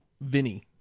Vinny